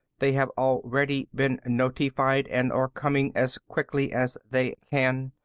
they have already been notified and are coming as quickly as they can.